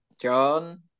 John